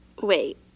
Wait